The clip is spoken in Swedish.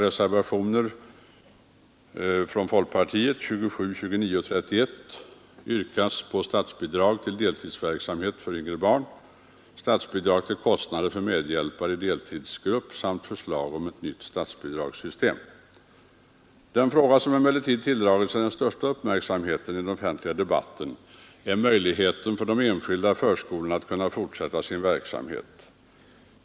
Den fråga som emellertid tilldragit sig den största uppmärksamheten i den offentliga debatten är möjligheten för de enskilda förskolorna att fortsätta sin verksamhet.